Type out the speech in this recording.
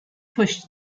pushed